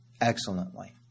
excellently